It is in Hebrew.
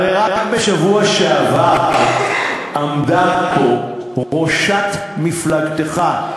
הרי רק בשבוע שעבר עמדה פה ראשת מפלגתך,